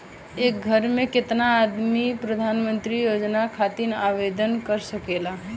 एक घर के केतना आदमी प्रधानमंत्री योजना खातिर आवेदन कर सकेला?